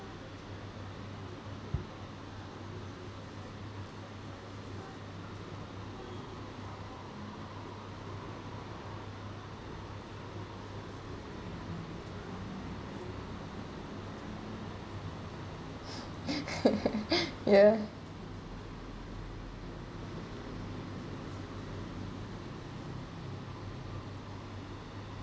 ya